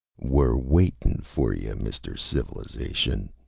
we're waitin' for yuh, mr. civilization,